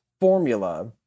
formula